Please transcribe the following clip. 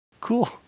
cool